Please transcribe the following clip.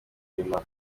inyuma